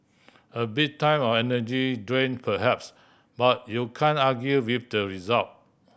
a bit time and energy drain perhaps but you can't argue with the result